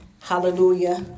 Hallelujah